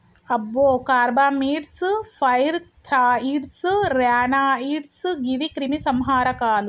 అబ్బో carbamates, pyrethroids, ryanoids గీవి క్రిమి సంహారకాలు